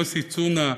יוסי צונה,